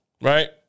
right